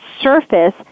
surface